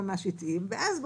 עם